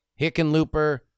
Hickenlooper